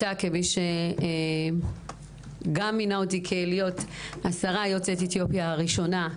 אתה כמי שגם מינה אותי להיות השרה יוצאת אתיופיה הראשונה,